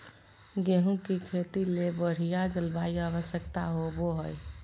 गेहूँ के खेती ले बढ़िया जलवायु आवश्यकता होबो हइ